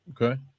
Okay